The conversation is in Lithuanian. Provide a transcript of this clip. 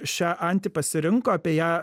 šią antį pasirinko apie ją